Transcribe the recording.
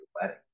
wedding